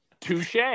Touche